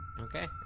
Okay